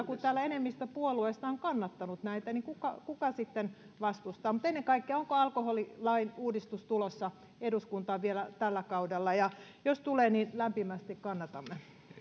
kun täällä enemmistö puolueista on kannattanut näitä niin kuka kuka sitten vastustaa mutta ennen kaikkea onko alkoholilain uudistus tulossa eduskuntaan vielä tällä kaudella jos tulee niin lämpimästi kannatamme